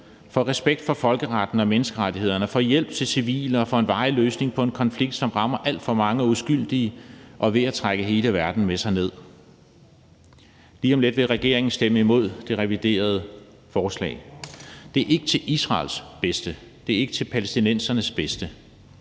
for respekt for folkeretten og menneskerettighederne og for hjælp til civile og en varig løsning på en konflikt, som rammer alt for mange uskyldige og er ved at trække hele verden med sig ned. Lige om lidt vil regeringen stemme imod det reviderede forslag. Det er ikke til Israels bedste, og det er ikke til palæstinensernes bedste,